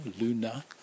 Luna